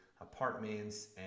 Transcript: apartments